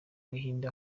buhinde